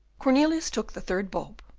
cornelius took the third bulb,